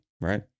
right